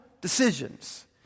decisions